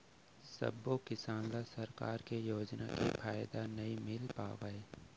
सबो किसान ल सरकार के योजना के फायदा नइ मिल पावय